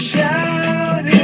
shout